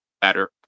better